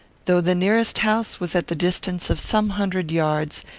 though the nearest house was at the distance of some hundred yards,